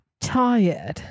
Tired